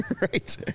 Right